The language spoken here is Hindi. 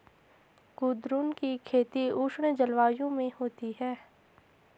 कुद्रुन की खेती उष्ण जलवायु में होती है